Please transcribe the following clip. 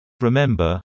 Remember